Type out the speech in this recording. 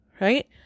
right